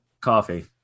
Coffee